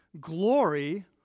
Glory